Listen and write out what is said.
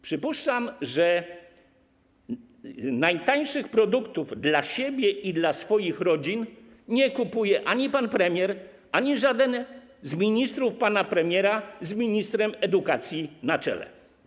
Przypuszczam, że najtańszych produktów dla siebie i dla swoich rodzin nie kupują ani pan premier, ani żaden z ministrów pana premiera, z ministrem edukacji na czele.